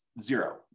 zero